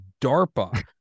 DARPA